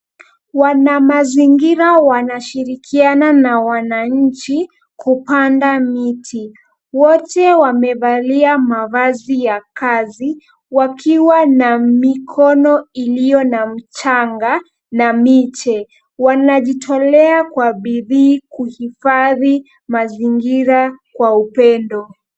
Wanamazingira wanashirikiana na wananchi kupanda miti. Wote wamevalia mavazi ya kazi wakiwa na mikono iliyo na mchanga na miche. Wanajitolea kwa bidii kuhifadhi mazingira kwa upendo.